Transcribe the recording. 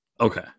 Okay